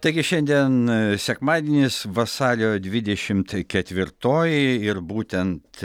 taigi šiandien sekmadienis vasario dvidešimt ketvirtoji ir būtent